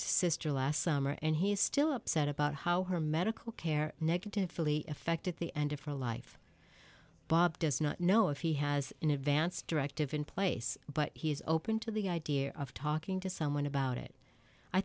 sr last summer and he's still upset about how her medical care negatively affected the end of for a life bob does not know if he has an advanced directive in place but he is open to the idea of talking to someone about it i